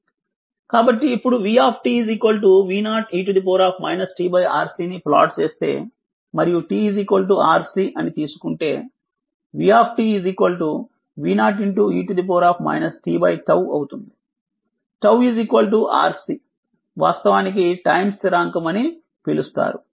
కాబట్టి ఇప్పుడు v V0 e tRC ని ప్లాట్ చేస్తే మరియు T RC అని తీసుకుంటే v V0 e tT అవుతుంది 𝜏టౌ RC వాస్తవానికి టైమ్ స్థిరాంకం అని పిలుస్తారు